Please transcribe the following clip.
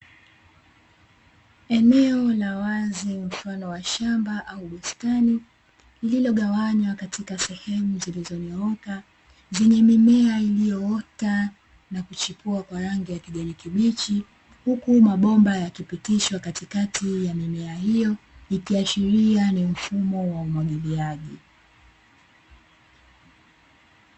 Eneo la wazi mfano wa shamba au bustani, lilogawanywa katika sehemu zilizonyooka zenye mimea iliyoota na kuchipua kwa rangi ya kijani kibichi, huku mabomba yakipitishwa katikati ya mimea hiyo; ikiashiria ni mfumo wa umwagiliaji.